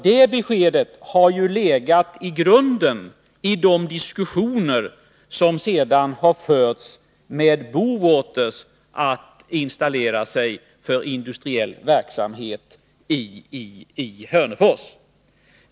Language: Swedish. Det beskedet har legat till grund för de diskussioner som sedan har förts med Bowater om att företaget skulle installera sig med industriell verksamhet i Hörnefors.